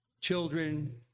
children